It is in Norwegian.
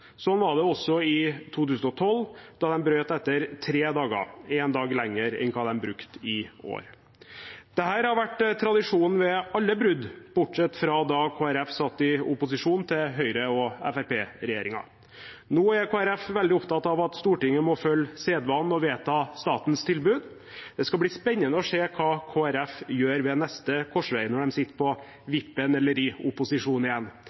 var det også i 2012, da de brøt etter tre dager – én dag mer enn de brukte i år. Dette har vært tradisjon ved alle brudd, bortsett fra da Kristelig Folkeparti satt i opposisjon til Høyre- og Fremskrittsparti-regjeringen. Nå er Kristelig Folkeparti veldig opptatt av at Stortinget må følge sedvanen og vedta statens tilbud. Det skal bli spennende å se hva Kristelig Folkeparti gjør ved neste korsvei, når de sitter på vippen eller i opposisjon igjen.